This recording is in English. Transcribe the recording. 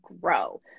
grow